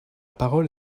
parole